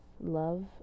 Love